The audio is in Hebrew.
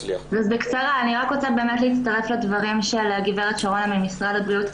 רוצה להצטרף לדברים של גב' שרונה ממשרד הבריאות.